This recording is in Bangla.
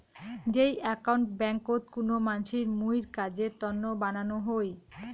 যেই একাউন্ট ব্যাংকোত কুনো মানসির মুইর কাজের তন্ন বানানো হই